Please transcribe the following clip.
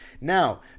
Now